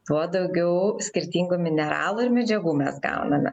tuo daugiau skirtingų mineralų ir medžiagų mes gauname